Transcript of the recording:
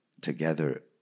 Together